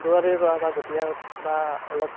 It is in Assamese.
দৌৰা দৌৰি কৰা বা গতিয়া বা অলপ